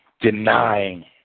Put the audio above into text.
denying